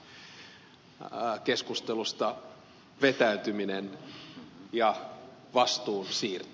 laakson kanssa keskustelusta vetäytyminen ja vastuun siirto